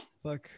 Fuck